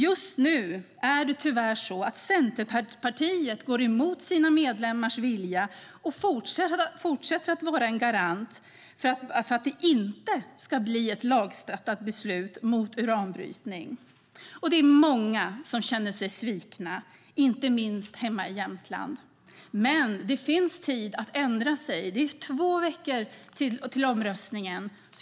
Just nu är det tyvärr så att Centerpartiet går emot sina medlemmars vilja och fortsätter att vara en garant för att det inte ska bli ett lagstadgat beslut mot uranbrytning. Det är många som känner sig svikna, inte minst hemma i Jämtland. Men det finns tid att ändra sig. Det är två veckor till omröstningen.